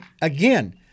again